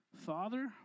Father